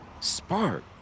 spark